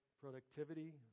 productivity